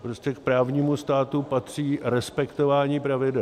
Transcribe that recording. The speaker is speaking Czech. A prostě k právnímu státu patří respektování pravidel.